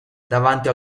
davanti